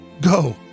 go